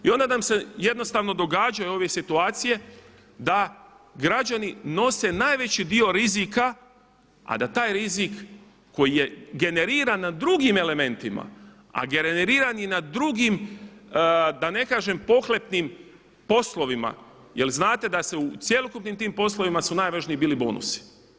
I onda nam se jednostavno događaju ove situacije da građani nose najveći dio rizika a da taj rizik koji je generiran na drugim elementima, a generiran je i na drugim da ne kažem pohlepnim poslovima jer znate da su u cjelokupnim tim poslovima najvažniji bili bonusi.